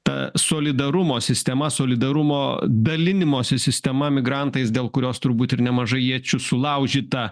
ta solidarumo sistema solidarumo dalinimosi sistema migrantais dėl kurios turbūt ir nemažai iečių sulaužyta